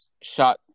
shot